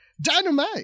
dynamite